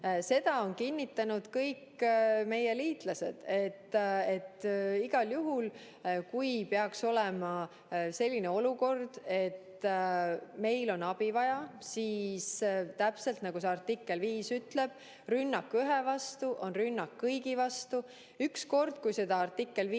Seda on kinnitanud kõik meie liitlased. Igal juhul, kui peaks olema selline olukord, et meil on abi vaja, siis täpselt nagu see artikkel 5 ütleb: rünnak ühe vastu on rünnak kõigi vastu. Ainus kord, kui seda artikkel 5